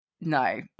no